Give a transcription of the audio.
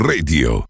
Radio